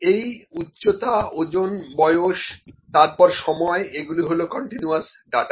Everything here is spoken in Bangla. এই উচ্চতা ওজন বয়স তাপমাত্রা তারপর সময় এগুলো হলো কন্টিনিউয়াস ডাটা